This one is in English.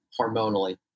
hormonally